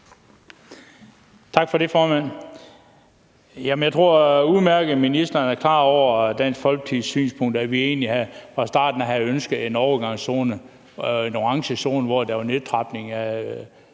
Tak for det, formand. Jeg tror, ministeren er udmærket klar over Dansk Folkepartis synspunkter – at vi fra starten af egentlig havde ønsket en overgangszone, en orange zone, hvor der var en nedtrapning af